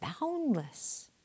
boundless